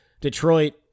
Detroit